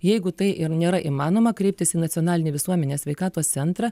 jeigu tai ir nėra įmanoma kreiptis į nacionalinį visuomenės sveikatos centrą